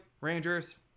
Rangers